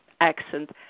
accent